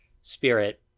spirit